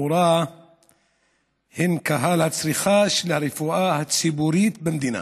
שלכאורה הם קהל הצריכה של הרפואה הציבורית במדינה.